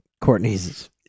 Courtney's